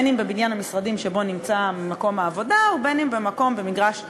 אם בבניין המשרדים שבו נמצא מקום העבודה ואם במגרש סמוך.